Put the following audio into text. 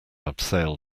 abseil